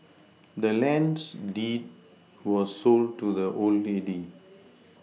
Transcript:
the land's deed was sold to the old lady